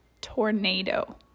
tornado